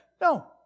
No